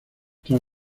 tras